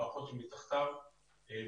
המערכות שמתחתיו,